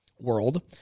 world